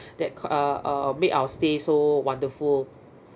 that c~ uh uh made our stay so wonderful